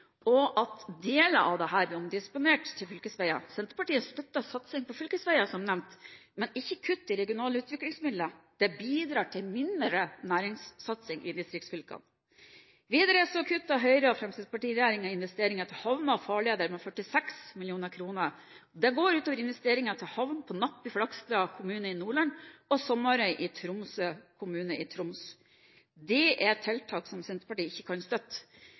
og at deler av dette blir omdisponert til fylkesveiene. Senterpartiet støtter satsing på fylkesveier, som nevnt, men ikke kutt i regionale utviklingsmidler – det bidrar til mindre næringssatsing i distriktsfylkene. Videre kutter Høyre–Fremskrittsparti-regjeringen investeringene i havner og farleder med 46 mill. kr. Det går ut over investeringer i havn på Napp i Flakstad kommune i Nordland og Sommarøy i Tromsø kommune i Troms. Det er tiltak som Senterpartiet ikke kan støtte.